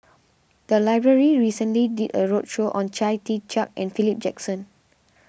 the library recently did a roadshow on Chia Tee Chiak and Philip Jackson